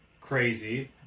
crazy